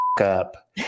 up